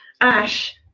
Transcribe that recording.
ash